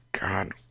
god